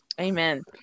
Amen